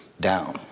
down